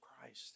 Christ